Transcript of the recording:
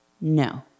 No